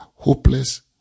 hopeless